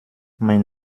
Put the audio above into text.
mein